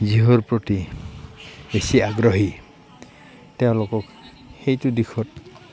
যিহৰ প্ৰতি বেছি আগ্ৰহী তেওঁলোকক সেইটো দিশত